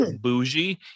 bougie